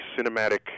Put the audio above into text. cinematic